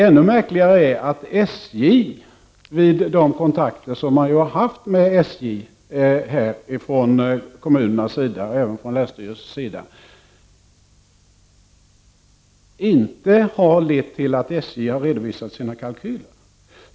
Ännu märkligare är att de kontakter som kommunerna och länsstyrelserna har haft med SJ inte har lett till att SJ har redovisat sina kalkyler.